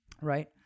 Right